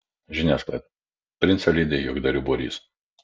žiniasklaida princą lydi juokdarių būrys